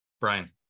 Brian